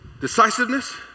Decisiveness